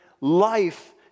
life